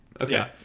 okay